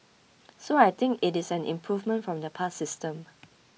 so I think it is an improvement from the past system